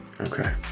Okay